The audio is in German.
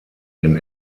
den